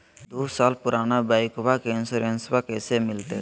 दू साल पुराना बाइकबा के इंसोरेंसबा कैसे मिलते?